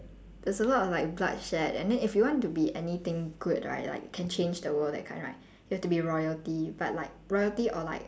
there's a lot of like bloodshed and then if you want to be anything good right like can change the world that kind right you have to be royalty but like royalty or like